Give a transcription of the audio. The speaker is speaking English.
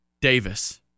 Davis